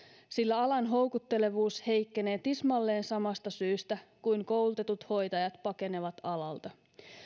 sillä alan houkuttelevuus heikkenee tismalleen samasta syystä kuin koulutetut hoitajat pakenevat alalta